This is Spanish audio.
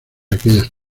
aquellas